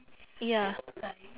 ya